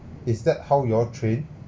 is that how you all train